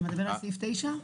אתה מדבר על סעיף 9?